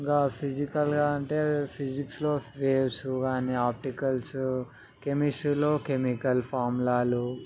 ఇంకా ఫిజికల్గా అంటే ఫిజిక్స్లో స్పేస్ కానీ ఆప్టికల్స్ కెమిస్ట్రీలో కెమికల్ ఫార్ములాలు